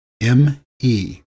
M-E